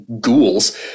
ghouls